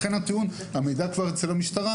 לכן הטיעון שהמידע כבר אצל המשטרה,